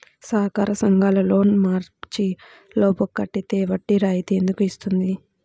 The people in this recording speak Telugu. సహకార సంఘాల లోన్ మార్చి లోపు కట్టితే వడ్డీ రాయితీ ఎందుకు ఇస్తుంది?